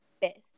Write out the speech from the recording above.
best